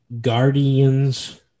Guardians